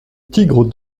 tigre